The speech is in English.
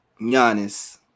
Giannis